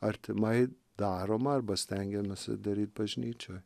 artimai daroma arba stengiamasi daryt bažnyčioj